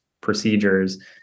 procedures